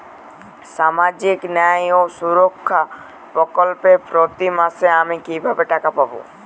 সামাজিক ন্যায় ও সুরক্ষা প্রকল্পে প্রতি মাসে আমি কিভাবে টাকা পাবো?